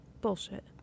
Bullshit